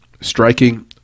Striking